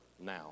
now